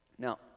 Now